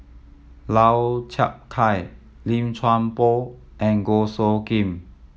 Lau Chiap Khai Lim Chuan Poh and Goh Soo Khim